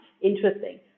interesting